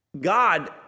God